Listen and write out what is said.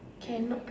cannot